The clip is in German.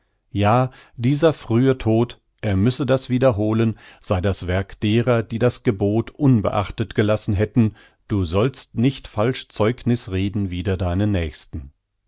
ja dieser frühe tod er müsse das wiederholen sei das werk derer die das gebot unbeachtet gelassen hätten du sollst nicht falsch zeugniß reden wider deinen nächsten